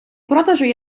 продажу